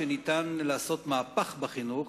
שניתן לעשות מהפך בחינוך